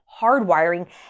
hardwiring